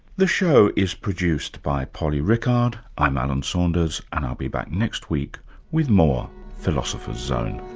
the show is produced by polly rickard, i'm alan saunders and i'll be back next week with more philosopher's zone